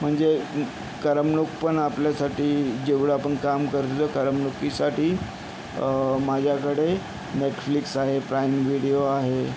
म्हणजे करमणूक पण आपल्यासाठी जेवढं आपण काम करतो करमणुकीसाठी माझ्याकडे नेटफ्लिक्स आहे प्राइम व्हिडिओ आहे